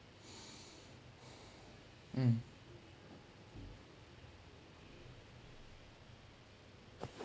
mm